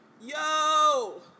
Yo